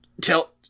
tell